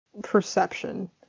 perception